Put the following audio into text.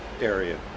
area